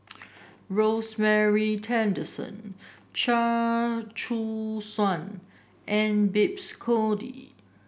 Rosemary Tessensohn Chia Choo Suan and Babes Conde